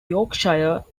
yorkshire